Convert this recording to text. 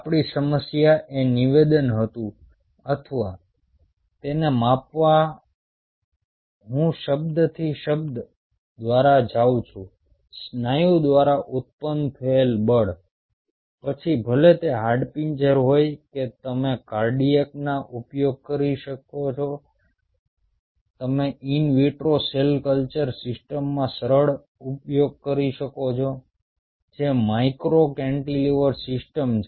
આપણી સમસ્યા એ નિવેદન હતું અથવા તેને માપવા હું શબ્દથી શબ્દ દ્વારા જાઉં છું સ્નાયુ દ્વારા ઉત્પન્ન થયેલ બળ પછી ભલે તે હાડપિંજર હોય કે તમે કાર્ડિયાકનો ઉપયોગ કરી શકો છો તમે ઇન વિટ્રો સેલ કલ્ચર સિસ્ટમમાં સરળ ઉપયોગ કરી શકો છો જે માઇક્રો કેન્ટિલીવર સિસ્ટમ છે